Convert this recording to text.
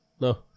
No